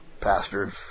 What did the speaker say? pastors